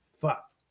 Fuck